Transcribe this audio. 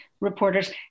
reporters